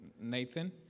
Nathan